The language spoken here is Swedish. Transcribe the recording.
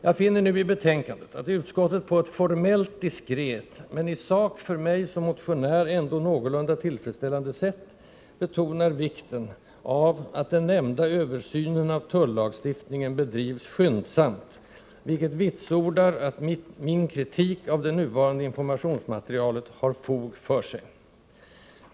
Jag finner nu i betänkandet att utskottet på ett formellt diskret, men i sak för mig som motionär ändå någorlunda tillfredsställande, sätt betonar vikten av att den nämnda översynen av tullagstiftningen bedrivs skyndsamt, vilket vitsordar att min kritik av det nuvarande informationsmaterialet har fog för sig.